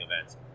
events